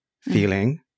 feeling